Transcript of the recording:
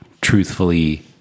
truthfully